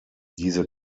diese